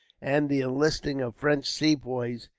and the enlisting of fresh sepoys,